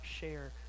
share